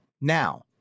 now